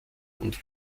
und